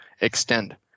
extend